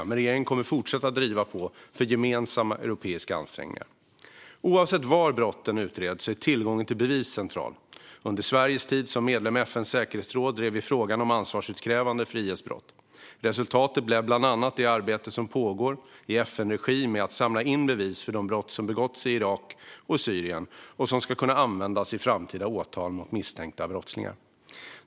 Men regeringen kommer att fortsätta att driva på för gemensamma europeiska ansträngningar. Oavsett var brotten utreds är tillgången till bevis central. Under Sveriges tid som medlem i FN:s säkerhetsråd drev vi frågan om ansvarsutkrävande för IS brott. Resultatet blev bland annat det arbete som pågår i FN-regi med att samla in bevis för de brott som begåtts i Irak och Syrien som ska kunna användas i framtida åtal mot misstänkta brottslingar.